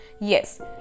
yes